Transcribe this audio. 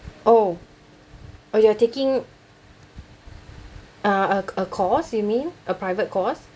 oh oh you are taking uh uh a course you mean a private course